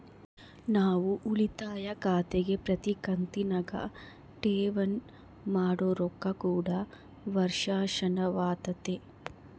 ನಾವು ಉಳಿತಾಯ ಖಾತೆಗೆ ಪ್ರತಿ ಕಂತಿನಗ ಠೇವಣಿ ಮಾಡೊ ರೊಕ್ಕ ಕೂಡ ವರ್ಷಾಶನವಾತತೆ